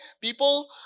people